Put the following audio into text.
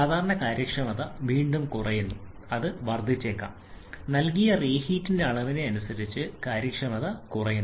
സാധാരണ കാര്യക്ഷമത വീണ്ടും കുറയുന്നു കാര്യക്ഷമത വർദ്ധിച്ചേക്കാം നൽകിയ റീഹീറ്റിന്റെ അളവിനെ ആശ്രയിച്ച് കാര്യക്ഷമത കുറയുന്നു